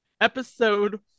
Episode